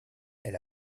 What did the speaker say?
elle